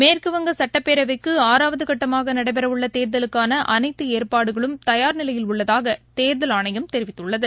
மேற்குவங்க சட்டப்பேரவைக்குஆறாவதுகட்டமாகநடைபெறவுள்ளதேர்தலுக்கானஅனைத்துஏற்பாடுகளும் தயார் நிலையில் உள்ளதாகதேர்தல் ஆணையம் தெரிவித்துள்ளது